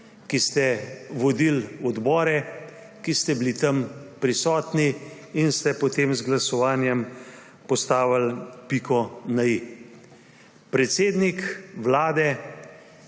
ki ste vodili odbore, ki ste bili tam prisotni in ste potem z glasovanjem postavili piko na i. Predsednik Vlade